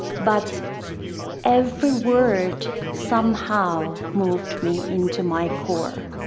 but every word somehow moved me into my core.